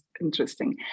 interesting